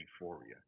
Euphoria